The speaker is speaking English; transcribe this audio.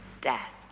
death